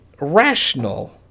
rational